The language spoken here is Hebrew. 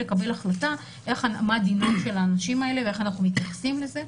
לקבל החלטה מה דינם של האנשים האלה ואיך אנחנו מתייחסים לזה,